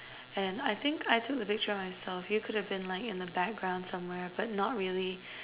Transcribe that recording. and I think I took a picture of myself you could have been like in the background somewhere but not really